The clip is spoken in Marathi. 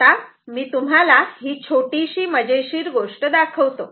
आता मी तुम्हाला मजेशीर छोटीशी गोष्ट दाखवतो